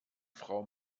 frau